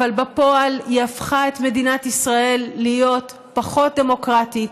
אבל בפועל היא הפכה את מדינת ישראל להיות פחות דמוקרטית,